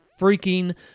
freaking